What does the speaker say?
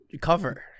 cover